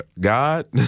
God